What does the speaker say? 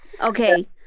Okay